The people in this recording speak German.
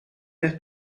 der